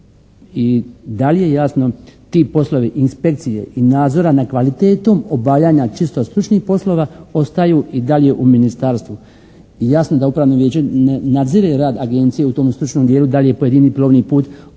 i da li je jasno ti poslovi inspekcije i nadzora nad kvalitetom obavljanja čisto stručnih poslova ostaju i dalje u ministarstvu. Jasno da upravno vijeće nadzire rad agencije u tom stručnom dijelu da li je pojedini plovni put održavan